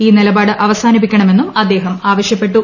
ഈ നി ലപാട് അവസാനിപ്പിക്കണമെന്നും അദ്ദേഹം ആവശ്യപ്പെട്ടു